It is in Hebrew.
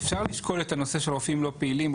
אפשר לשקול את הנושא של רופאים לא פעילים.